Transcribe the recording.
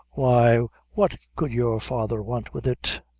why, what could your father want with it?